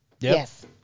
Yes